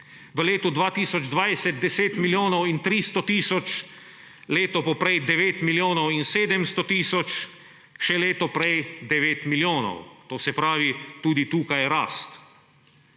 V letu 2020 10 milijonov in 300 tisoč, leto poprej 9 milijonov in 700 tisoč, še leto prej 9 milijonov. To se pravi, tudi tukaj je rast.